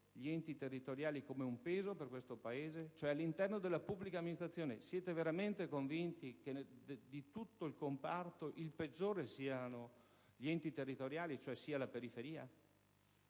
gli enti territoriali come un peso per questo Paese? All'interno della pubblica amministrazione, siete veramente convinti che di tutto il comparto la parte peggiore sia quella costituita dagli enti territoriali, quindi la periferia?